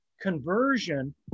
conversion